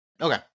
Okay